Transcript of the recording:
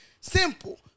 Simple